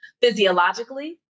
physiologically